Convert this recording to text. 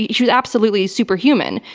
she was absolutely superhuman.